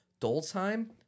Dolzheim